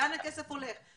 לאן הכסף הולך.